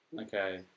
Okay